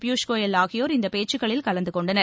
பியூஷ் கோயல் ஆகியோர் இந்த பேச்சுக்களில் கலந்து கொண்டனர்